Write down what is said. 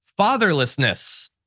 Fatherlessness